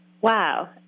Wow